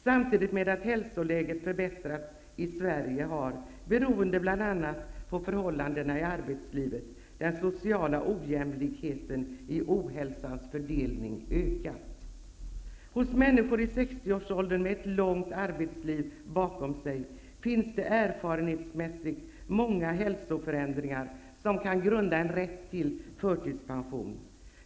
Samtidigt med att hälsoläget har förbättrats i Sverige har, beroende bl.a. på förhållandena i arbetlsivet, den sociala ojämlikheten i ohälsans fördelning ökat. Hos människor i 60-årsåldern, med ett långt arbetsliv bakom sig, finns det erfarenhetsmässigt många hälsoförändringar som kan utgöra en rättmätig grund för förtidspension.